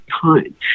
time